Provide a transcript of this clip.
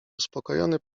uspokojony